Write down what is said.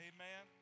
Amen